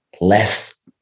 less